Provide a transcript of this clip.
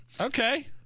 Okay